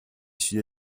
sud